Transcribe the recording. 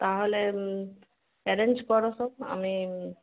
তাহলে অ্যারেঞ্জ করো সব আমি